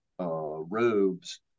robes